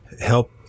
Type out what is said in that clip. help